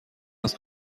است